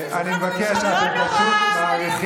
הייתי בכולנו ועכשיו אני ביש בעתיד.